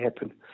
happen